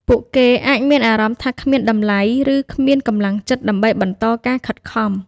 ពួកគេអាចមានអារម្មណ៍ថាគ្មានតម្លៃ ឬគ្មានកម្លាំងចិត្តដើម្បីបន្តការខិតខំ។